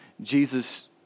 Jesus